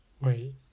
Wait